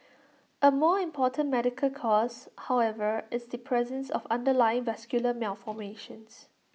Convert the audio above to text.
A more important medical cause however is the presence of underlying vascular malformations